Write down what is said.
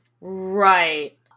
Right